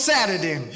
Saturday